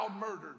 murdered